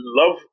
love